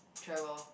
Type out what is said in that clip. travel